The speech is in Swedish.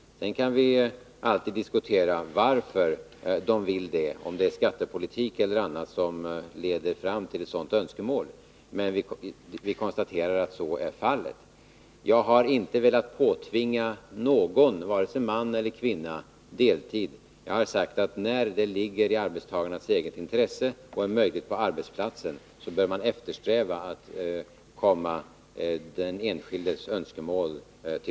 Sedan kan vi alltid diskutera varför de vill det — om det är skattepolitik eller något annat som leder fram till ett sådant önskemål. Men vi konstaterar att så är fallet. Jag har inte velat påtvinga någon, varken man eller kvinna, deltidsarbete. Däremot har jag sagt att när det ligger i arbetstagarens eget intresse och är möjligt på arbetsplatsen, så bör man eftersträva att tillmötesgå den enskildes önskemål.